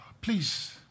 please